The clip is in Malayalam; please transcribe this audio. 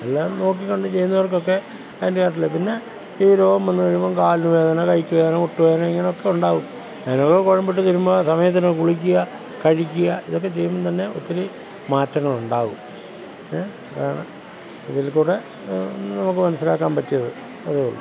എല്ലാം നോക്കിയും കണ്ടും ചെയ്തവർക്കൊക്കെ അതിൻറ്റേതായിട്ടുള്ള പിന്നെ ഈ രോഗം വന്നു കഴിയുമ്പം കാല് വേദന കൈയ്ക്കു വേദന മുട്ടു വേദന ഇങ്ങനെയൊക്കെയുണ്ടാകും അതിനുള്ള കുഴമ്പിട്ടു തിരുമ്മുക സമയത്തിനു കുളിക്കുക കഴിക്കുക ഇതൊക്കെ ചെയ്യുമ്പം തന്നെ ഒത്തിരി മാറ്റങ്ങളുണ്ടാകും ഇതാണ് ഇതിൽക്കൂടി നമുക്കു മനസ്സിലാക്കാൻ പറ്റിയത് അതേ ഉള്ളു